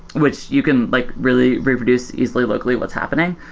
which you can like really reproduce easily locally what's happening.